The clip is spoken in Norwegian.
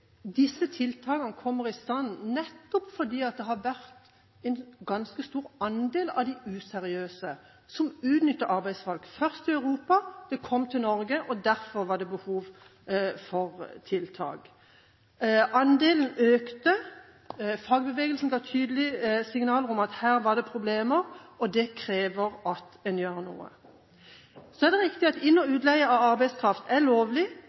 Disse tiltakene kommer i stand nettopp fordi det har vært en ganske stor andel av de useriøse som utnytter arbeidsfolk. Først skjedde dette andre steder i Europa, så kom det til Norge. Derfor var det behov for tiltak. Andelen økte, fagbevegelsen ga tydelige signaler om at her var det problemer, og det krever at man gjør noe. Det er riktig at inn- og utleie av arbeidskraft er lovlig,